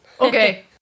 Okay